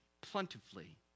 plentifully